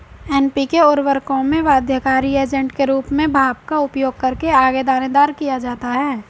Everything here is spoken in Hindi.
एन.पी.के उर्वरकों में बाध्यकारी एजेंट के रूप में भाप का उपयोग करके आगे दानेदार किया जाता है